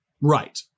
Right